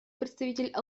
представитель